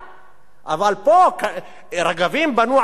אבל פה: את רגבים בנו על קניר,